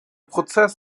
prozess